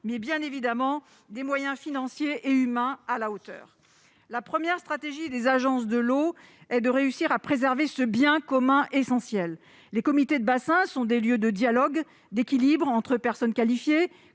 aussi, bien entendu, des moyens financiers et humains à la hauteur des enjeux. La première stratégie des agences de l'eau est de réussir à préserver ce bien commun essentiel. Les comités de bassin sont des lieux de dialogue et d'équilibre entre personnes qualifiées,